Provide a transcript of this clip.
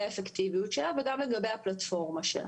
האפקטיביות שלה וגם לגבי הפלטפורמה שלה.